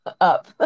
Up